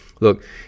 Look